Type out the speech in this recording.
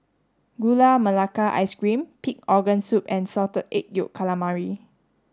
Gula Melaka ice cream pig organ soup and salted egg yolk calamari